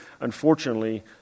unfortunately